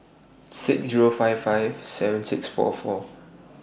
six Zero five five seven six four four